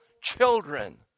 children